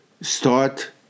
start